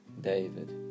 David